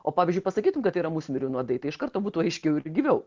o pavyzdžiui pasakytum kad yra musmirių nuodai tai iš karto būtų aiškiau ir gyviau